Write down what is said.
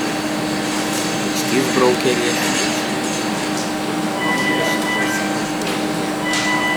jo nykštys braukė riešu aukštyn žemyn ir nuo to man paširdžiuose plazdėjo drugeliai